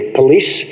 police